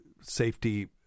safety